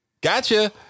gotcha